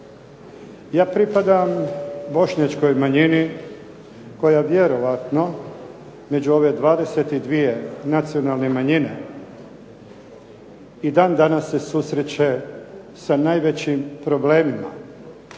Ja pripadam bošnjačkoj manjini koja vjerojatno među ove 22 nacionalne manjine i dan danas se susreće sa najvećim problemima,